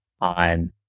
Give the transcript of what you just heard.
on